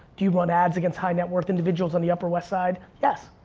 do you want ads against high net worth individuals on the upper west side, yes.